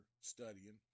studying